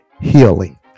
healing